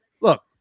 look